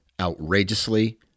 outrageously